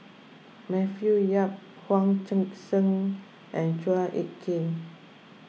Matthew Yap Hong Sek Chern and Chua Ek Kay